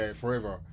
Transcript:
forever